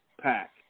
Pack